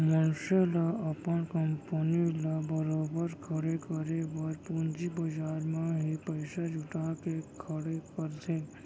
मनसे ल अपन कंपनी ल बरोबर खड़े करे बर पूंजी बजार म ही पइसा जुटा के खड़े करथे